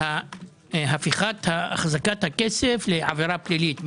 הפיכת החזקת הכסף לעבירה פלילית,